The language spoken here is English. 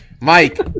Mike